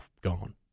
gone